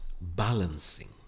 Balancing